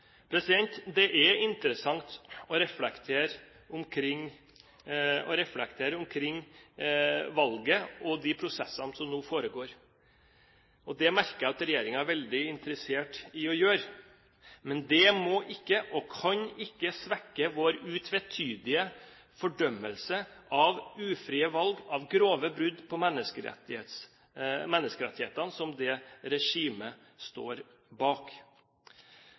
Det er interessant å reflektere omkring valget og de prosessene som nå foregår, og det merker jeg at regjeringen er veldig interessert i å gjøre. Men det må ikke, og kan ikke, svekke vår utvetydige fordømmelse av ufrie valg og av grove brudd på menneskerettighetene som det regimet står bak.